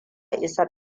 isa